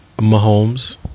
Mahomes